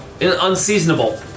unseasonable